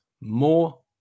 more